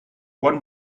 one